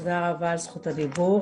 תודה רבה על זכות הדיבור.